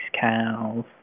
cows